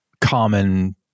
common